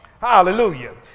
Hallelujah